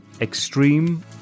extreme